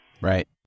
Right